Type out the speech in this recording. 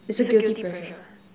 it's a guilty pleasure